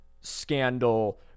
scandal